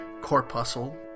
corpuscle